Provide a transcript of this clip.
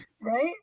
Right